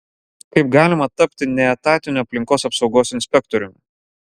kaip galima tapti neetatiniu aplinkos apsaugos inspektoriumi